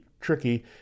tricky